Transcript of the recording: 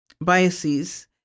biases